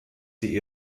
die